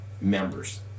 members